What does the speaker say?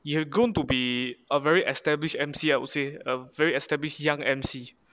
you have grown to be a very established emcee I would say a very establish young emcee